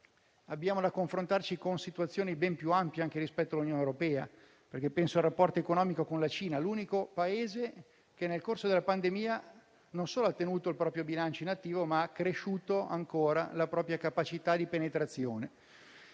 dobbiamo confrontarci con situazioni ben più ampie, anche rispetto all'Unione europea. Penso ai rapporti economici con la Cina, l'unico Paese che nel corso della pandemia non solo ha tenuto il proprio bilancio in attivo, ma ha accresciuto ancora la propria capacità di penetrazione.